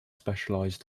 specialized